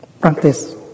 Practice